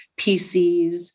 PCs